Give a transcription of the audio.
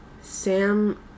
Sam